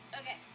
Okay